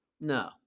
No